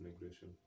migration